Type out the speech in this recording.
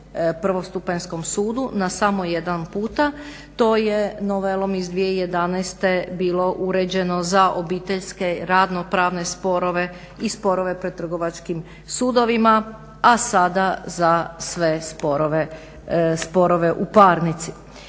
prvostupanjskom sudu na samo jedan puta. To je novelom iz 2011. bilo uređeno za obiteljske radno-pravne sporove i sporove pred trgovačkim sudovima, a sada za sve sporove, sporove